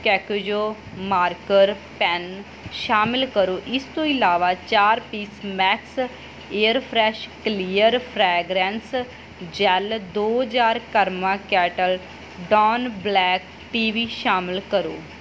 Kokuyo marker pen ਸ਼ਾਮਲ ਕਰੋ ਇਸ ਤੋਂ ਇਲਾਵਾ ਚਾਰ piece Max Airfresh clear fragrance gel ਦੋ jar Karma Kettle Don black tea ਵੀ ਸ਼ਾਮਲ ਕਰੋ